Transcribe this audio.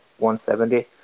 170